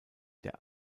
der